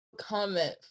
comment